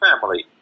family